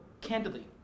candidly